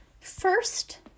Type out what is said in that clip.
First